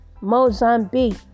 Mozambique